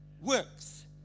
works